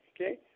okay